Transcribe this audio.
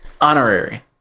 Honorary